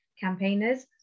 campaigners